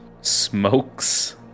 smokes